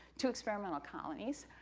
two experimental colonies.